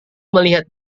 melihat